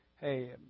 hey